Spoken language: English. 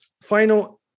final